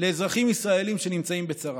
לאזרחים ישראלים שנמצאים בצרה.